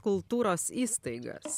kultūros įstaigas